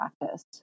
practice